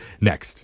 Next